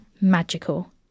magical